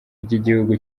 ryigihugu